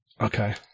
Okay